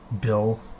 Bill